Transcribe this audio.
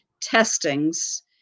Testings